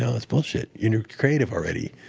that's bullshit. you're creative already.